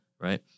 Right